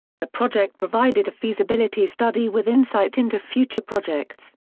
the project provided a feasibility study with insight into future projects.